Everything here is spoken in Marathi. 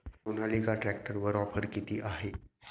सोनालिका ट्रॅक्टरवर ऑफर किती आहे?